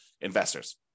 investors